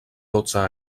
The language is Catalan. dotze